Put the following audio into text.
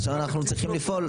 עכשיו אנחנו צריכים לפעול,